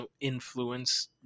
influence